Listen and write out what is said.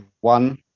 One